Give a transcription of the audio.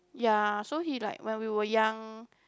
ya so he like when we were young